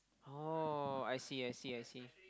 oh I see I see I see